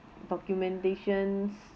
documentation